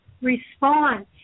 response